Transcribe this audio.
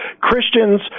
Christians